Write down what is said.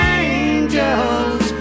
angels